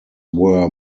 were